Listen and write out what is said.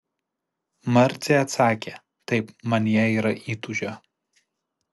marcė atsakė taip manyje yra įtūžio